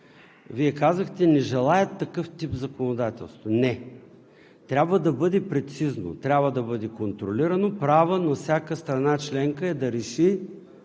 Вие казахте: не желаят такъв тип законодателство. Не. Трябва да бъде прецизно, трябва да бъде контролирано. Право на всяка страна членка е да реши